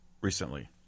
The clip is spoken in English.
recently